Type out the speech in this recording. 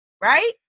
right